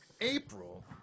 April